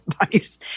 advice